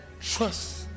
trust